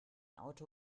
auto